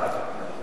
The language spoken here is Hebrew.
4640 ו-4660.